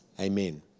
Amen